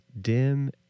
dim